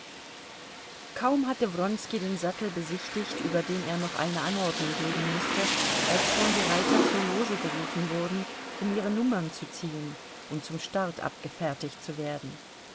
kaum hatte wronski den sattel besichtigt über den er noch eine anordnung geben mußte als schon die reiter zur loge gerufen wurden um ihre nummern zu ziehen und zum start abgefertigt zu werden